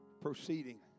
Proceeding